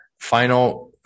final